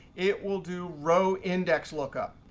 it will do row index lookup.